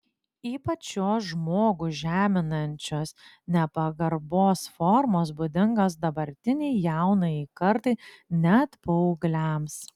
ypač šios žmogų žeminančios nepagarbos formos būdingos dabartinei jaunajai kartai net paaugliams